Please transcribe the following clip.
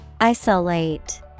Isolate